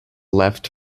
left